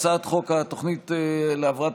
אזולאי, מלכיאלי ואטורי, פלוסקוב, אבוטבול, שטרית.